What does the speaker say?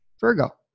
Virgo